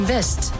West